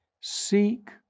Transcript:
Seek